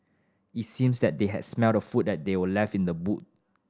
it seems that they had smelt the food that were left in the boot